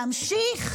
להמשיך?